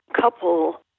couple